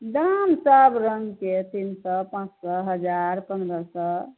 दाम सब रङ्गके तीन सओ पाँच सओ हजार पन्द्रह सओ